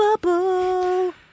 Bubble